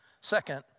Second